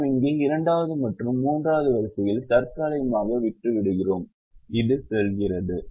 நாம் இங்கே இரண்டாவது மற்றும் மூன்றாவது வரிசைகளை தற்காலிகமாக விட்டுவிடுகிறோம் இது செல்கிறது